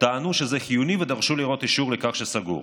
טענו שזה חיוני, ודרשו לראות אישור לכך שסגור.